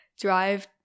drive